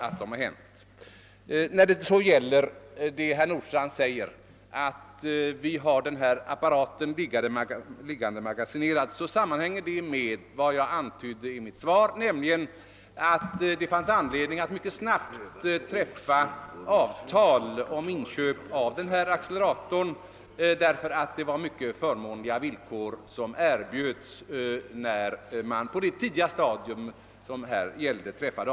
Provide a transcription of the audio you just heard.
Det förhållandet att denna apparat ligger, såsom herr Nordstrandh = sade, nedmagasinerad sammanhänger med den omständighet som jag antytt i mitt svar, nämligen att det vid den aktuella tidpunkten fanns anledning att mycket snabbt träffa avtal om inköp av acceleratorn i fråga på grund av att det just då erbjöds mycket förmånliga villkor.